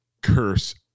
curse